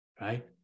right